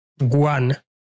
Guan